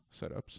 setups